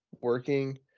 working